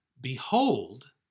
behold